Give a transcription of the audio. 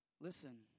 Listen